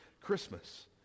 Christmas